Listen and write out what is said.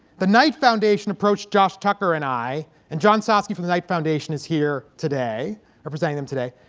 the knight foundation approached josh tucker and i, and john stassi from the knight foundation is here today representing them today,